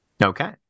Okay